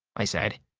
i said.